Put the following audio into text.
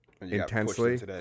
intensely